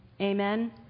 Amen